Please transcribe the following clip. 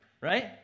right